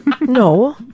No